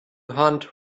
hunt